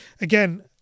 again